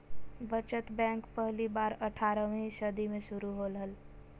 बचत बैंक पहली बार अट्ठारहवीं सदी में शुरू होले हल